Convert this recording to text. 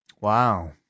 Wow